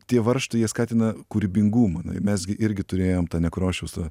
tie varžtai jie skatina kūrybingumą na mes gi irgi turėjom tą nekrošiaus tą